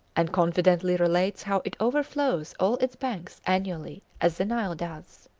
and confidently relates how it overflows all its banks annually as the nile does.